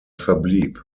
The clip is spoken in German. verblieb